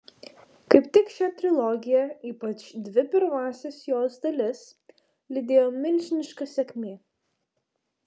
kaip tik šią trilogiją ypač dvi pirmąsias jos dalis lydėjo milžiniška sėkmė